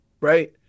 right